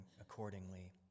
accordingly